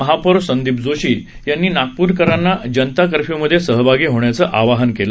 महापौर संदीप जोशी यांनी नागप्रकरांना जनता कर्फ्य्यमधे सहभागी होण्याचं आवाहन केलं